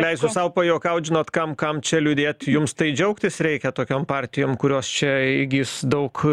leisiu sau pajuokaut žinot kam kam čia liūdėti jums tai džiaugtis reikia tokiom partijom kurios čia įgis daug